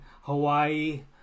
Hawaii